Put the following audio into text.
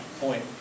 point